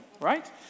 right